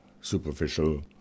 superficial